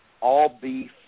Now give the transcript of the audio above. all-beef